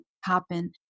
happen